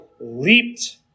leaped